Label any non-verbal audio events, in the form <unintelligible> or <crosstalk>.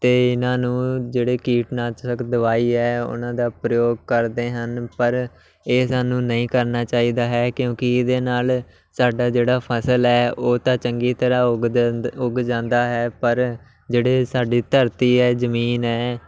ਅਤੇ ਇਹਨਾਂ ਨੂੰ ਜਿਹੜੇ ਕੀਟਨਾਸ਼ਕ ਦਵਾਈ ਹੈ ਉਹਨਾਂ ਦਾ ਪ੍ਰਯੋਗ ਕਰਦੇ ਹਨ ਪਰ ਇਹ ਸਾਨੂੰ ਨਹੀਂ ਕਰਨਾ ਚਾਹੀਦਾ ਹੈ ਕਿਉਂਕਿ ਇਹਦੇ ਨਾਲ ਸਾਡਾ ਜਿਹੜਾ ਫਸਲ ਹੈ ਉਹ ਤਾਂ ਚੰਗੀ ਤਰ੍ਹਾਂ ਉੱਗ <unintelligible> ਉੱਗ ਜਾਂਦਾ ਹੈ ਪਰ ਜਿਹੜੇ ਸਾਡੀ ਧਰਤੀ ਹੈ ਜ਼ਮੀਨ ਹੈ